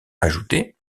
ajoutés